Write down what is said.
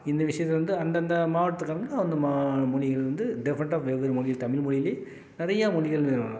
இந்த விஷியத்தில் வந்து அந்தந்த மாவட்டத்துக்காரங்க அந்த மா மொழிகள் வந்து டிஃப்ரண்ட் ஆஃப் வெவ்வேறு மொழிகள் தமிழ் மொழியிலையே நிறையா மொழிகள்